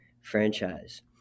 franchise